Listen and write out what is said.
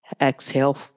Exhale